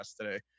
today